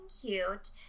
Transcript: cute